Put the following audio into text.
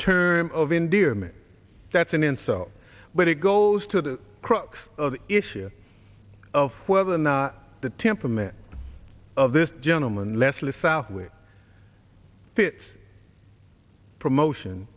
term of endearment that's an insult but it goes to the crux of the issue of whether or not the temperament of this gentleman leslie southwick fits promotion